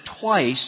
twice